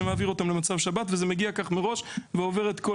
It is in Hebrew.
שמעביר אותן למצב שבת וזה מגיע כך מראש ועובר את כל